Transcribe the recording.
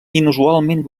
inusualment